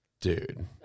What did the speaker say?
Dude